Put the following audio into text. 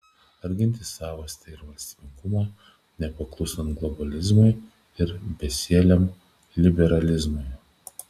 ar ginti savastį ir valstybingumą nepaklūstant globalizmui ir besieliam liberalizmui